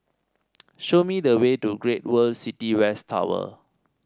show me the way to Great World City West Tower